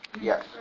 Yes